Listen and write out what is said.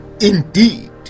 Indeed